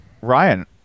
Ryan